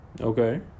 Okay